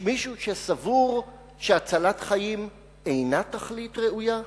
יש מישהו שסבור שהצלת חיים אינה תכלית ראויה?